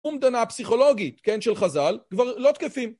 ומדנה פסיכולוגית, כן, של חז״ל, כבר לא תקפים.